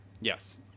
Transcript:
Yes